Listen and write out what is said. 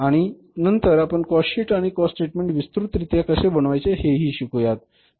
आणि नंतर आपण कॉस्ट शीट आणि कॉस्ट स्टेटमेंट विस्तृत रित्या कसे बनवायचे हे हि शिकूयात